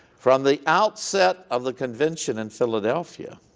from the outset of the convention in philadelphia,